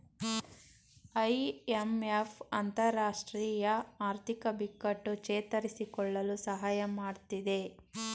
IMF ಅಂತರರಾಷ್ಟ್ರೀಯ ಆರ್ಥಿಕ ಬಿಕ್ಕಟ್ಟು ಚೇತರಿಸಿಕೊಳ್ಳಲು ಸಹಾಯ ಮಾಡತ್ತಿದೆ